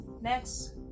next